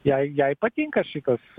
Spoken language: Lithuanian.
jai jai patinka šitas